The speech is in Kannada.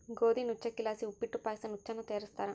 ಗೋದಿ ನುಚ್ಚಕ್ಕಿಲಾಸಿ ಉಪ್ಪಿಟ್ಟು ಪಾಯಸ ನುಚ್ಚನ್ನ ತಯಾರಿಸ್ತಾರ